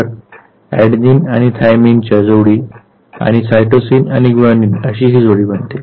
तर अॅडेनिन आणि थायमाइनची जोडी आणि सायटोसिन आणि ग्वानिन अशीही जोडी बनते